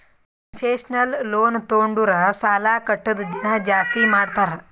concessional loan ತೊಂಡುರ್ ಸಾಲಾ ಕಟ್ಟದ್ ದಿನಾ ಜಾಸ್ತಿ ಮಾಡ್ತಾರ್